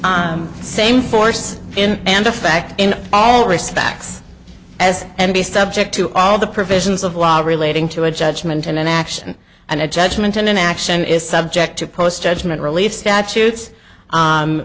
in and effect in all respects as and be subject to all the provisions of law relating to a judgment in an action and a judgment and an action is subject to post judgment relief statutes